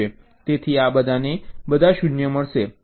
તેથી તમને બધા 0 મળશે